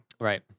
right